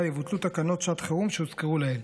יבוטלו תקנות שעת החירום שהוזכרו לעיל.